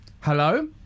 Hello